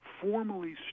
formally